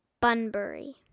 Bunbury